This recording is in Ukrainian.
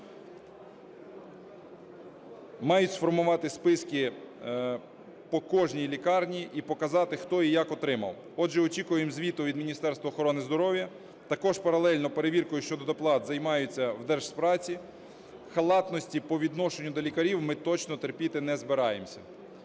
Мають сформувати списки по кожній лікарні і показати, хто і як отримав. Отже, очікуємо звіту від Міністерства охорони здоров'я. Також паралельно перевіркою щодо доплат займаються у Держпраці. Халатності по відношенню до лікарів ми точно терпіти не збираємося.